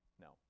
No